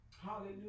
Hallelujah